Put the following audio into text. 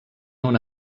una